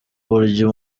uburyo